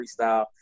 freestyle